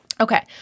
Okay